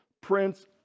Prince